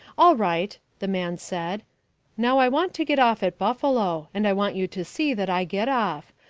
all right, the man said now i want to get off at buffalo, and i want you to see that i get off.